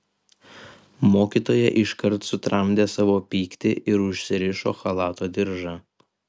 mokytoja iškart sutramdė savo pyktį ir užsirišo chalato diržą